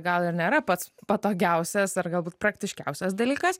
gal ir nėra pats patogiausias ar galbūt praktiškiausias dalykas